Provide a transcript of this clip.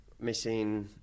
missing